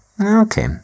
Okay